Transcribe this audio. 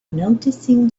noticing